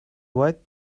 white